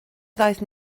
ddaeth